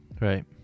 Right